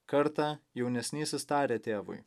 kartą jaunesnysis tarė tėvui